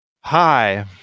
Hi